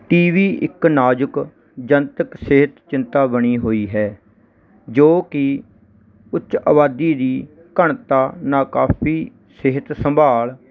T B ਇੱਕ ਨਾਜ਼ੁਕ ਜਨਤਕ ਸਿਹਤ ਚਿੰਤਾ ਬਣੀ ਹੋਈ ਹੈ ਜੋ ਕਿ ਉੱਚ ਆਬਾਦੀ ਦੀ ਘਣਤਾ ਨਾਕਾਫੀ ਸਿਹਤ ਸੰਭਾਲ